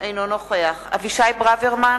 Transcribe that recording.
אינו נוכח אבישי ברוורמן,